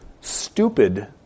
stupid